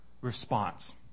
response